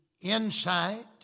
insight